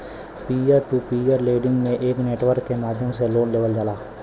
peer to peer lending में एक network के माध्यम से लोन लेवल जाला